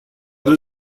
deux